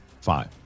Five